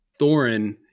Thorin